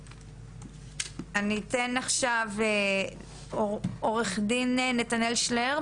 אני אתן עכשיו את רשות הדיבור לעו"ד נתנאל שלר,